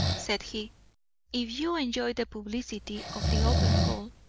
said he if you enjoy the publicity of the open hall,